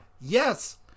Yes